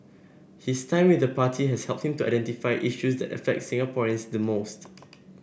his time with the party has helped him to identify issues that affect Singaporeans most